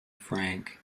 frank